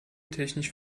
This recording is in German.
technisch